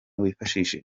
wifashishije